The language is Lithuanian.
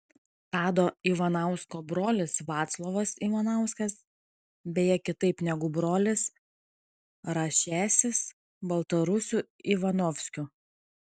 tado ivanausko brolis vaclovas ivanauskas beje kitaip negu brolis rašęsis baltarusiu ivanovskiu